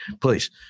Please